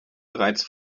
bereits